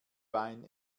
wein